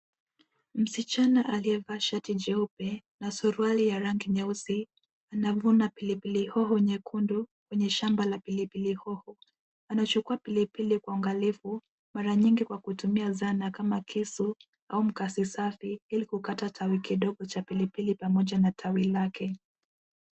Msichana aliyevaa shati jeupe na suruali ya rangi nyeusi, anavuna pili pili hoho nyekundu kwenye shamba la pilipili hoho .Anachukua pilipili kwa uangalifu mara nyingi kwa kutumia zana kama kisu au mkasi safi ili kukata tawi kidogo cha pili pili pamoja na tawi lake .